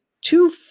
two